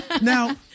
Now